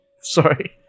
Sorry